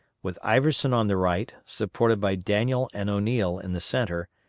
with iverson on the right, supported by daniel and o'neill in the centre,